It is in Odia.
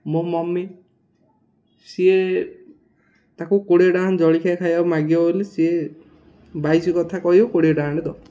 ମୋ ମମି ସିଏ ତାକୁ କୋଡ଼ିଏ ଟଙ୍କା ଜଳଖିଆ ଖାଇବା ମାଗିବ ବୋଲି ସିଏ ବାଇଶ କଥା କହିବ କୋଡ଼ିଏ ଟଙ୍କାଟେ ଦେବ